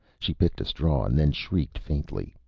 she picked a straw, and then shrieked faintly.